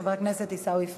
חבר הכנסת עיסאווי פריג'.